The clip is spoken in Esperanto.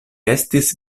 estis